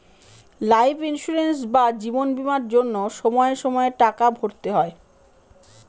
life insurance বা জীবন বীমার জন্য সময়ে সময়ে টাকা ভরতে হয়